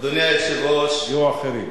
יהיו אחרים.